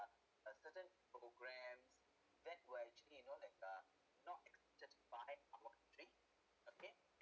uh a certain programmmes that were actually you know like uh not okay and